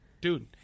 Dude